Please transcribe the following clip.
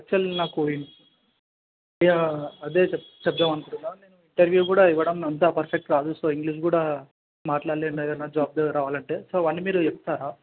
actual నాకు yeah అదే చెప్ చెప్తాం అనుకుంటున్న నేను ఇంటర్వ్యూ కూడా ఇవ్వడం అంత పర్ఫెక్ట్ రాదు సో ఇంగ్లీష్ కూడా మాట్లాడలేను ఏదైనా జాబ్ రావాలంటే సో అవన్నీ మీరు చెప్తారా